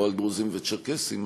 לא על דרוזים וצ'רקסים,